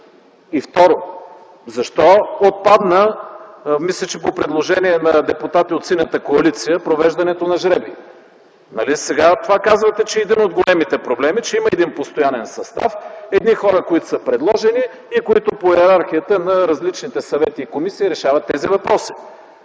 Второ, защо отпадна – мисля, че по предложение на депутати от Синята коалиция – провеждането на жребий? Нали сега казвате, че това е един от големите проблеми? Че има един постоянен състав – едни хора, които са предложени и които по йерархията на различните съвети и комисии решават тези въпроси?